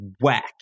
whack